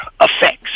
effects